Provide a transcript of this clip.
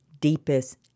deepest